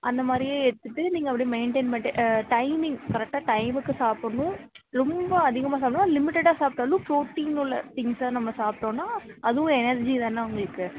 அந்த மாதிரியே எடுத்துகிட்டு நீங்கள் அப்படியே மெயின்டெயின் பண்ணிகிட்டே டைமிங் கரெக்டாக டைமுக்கு சாப்பிடுணும் ரொம்ப அதிகமாக சாப்பிடக்கூடாது லிமிட்டடாக சாப்பிட்டாலும் புரோட்டின் உள்ள திங்க்ஸ்ஸை நம்ம சாப்பிட்டோன்னா அதுவும் எனெர்ஜி தானே உங்களுக்கு